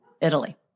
Italy